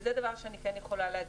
וזה דבר שאני כן יכולה להגיד.